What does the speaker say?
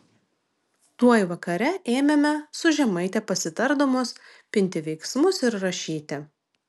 tuoj vakare ėmėme su žemaite pasitardamos pinti veiksmus ir rašyti